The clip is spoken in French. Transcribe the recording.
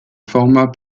format